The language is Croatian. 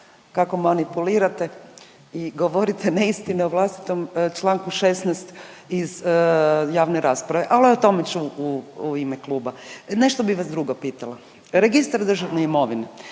kako manipulirate i govorite neistine o vlastitom članku 16. iz javne rasprave, ali evo o tome ću u ime kluba. Nešto bih vas drugo pitala. Registar državne imovine.